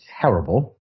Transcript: terrible